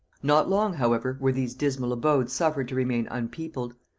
not long, however, were these dismal abodes suffered to remain unpeopled.